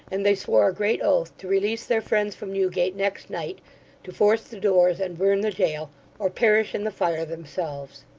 and they swore a great oath to release their friends from newgate next night to force the doors and burn the jail or perish in the fire themselves.